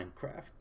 minecraft